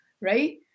right